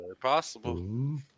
Possible